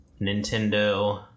Nintendo